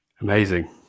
Amazing